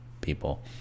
people